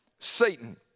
Satan